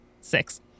Six